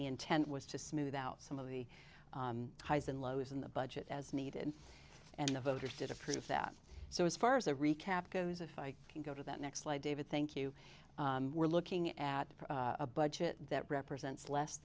the intent was to smooth out some of the highs and lows in the budget as needed and the voters did approve that so as far as the recap goes if i can go to that next slide david think you were looking at a budget that represents less